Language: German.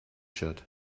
shirt